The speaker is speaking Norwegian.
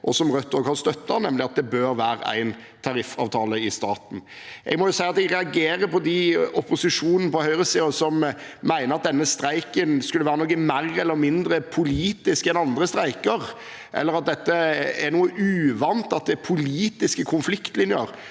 og som Rødt også har støttet, nemlig at det bør være én tariffavtale i staten. Jeg må si at jeg reagerer på den opposisjonen på høyresiden som mener at denne streiken skulle være noe mer eller mindre politisk enn andre streiker, eller at det er noe uvant at det er politiske konfliktlinjer.